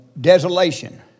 desolation